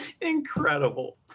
incredible